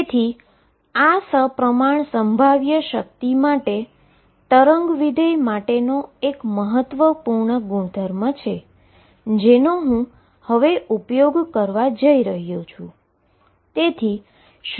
તેથી આ સપ્રમાણ પોટેંશીઅલ માટે વેવ ફંક્શન માટેનો એક મહત્વપૂર્ણ ગુણધર્મ છે જેનો હું ઉપયોગ કરવા જઇ રહ્યો છું